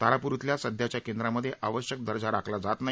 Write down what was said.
तारापूर इथल्या सध्याच्या केंद्रांमध्ये आवश्यक दर्जा राखला जात नाही